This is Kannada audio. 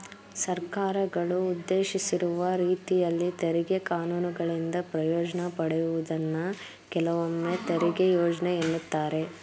ಸರ್ಕಾರಗಳು ಉದ್ದೇಶಿಸಿರುವ ರೀತಿಯಲ್ಲಿ ತೆರಿಗೆ ಕಾನೂನುಗಳಿಂದ ಪ್ರಯೋಜ್ನ ಪಡೆಯುವುದನ್ನ ಕೆಲವೊಮ್ಮೆತೆರಿಗೆ ಯೋಜ್ನೆ ಎನ್ನುತ್ತಾರೆ